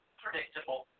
predictable